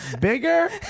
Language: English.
bigger